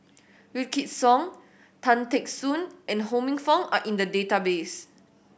Wykidd Song Tan Teck Soon and Ho Minfong are in the database